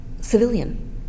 civilian